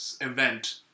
event